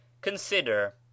Consider